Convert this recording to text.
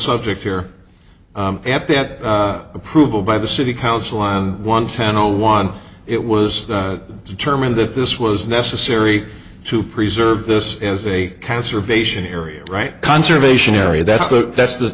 subject here and then approval by the city council on one ten zero one it was determined that this was necessary to preserve this as a conservation area right conservation area that's the that's the